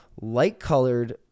light-colored